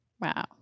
Wow